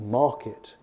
market